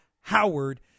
Howard